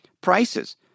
prices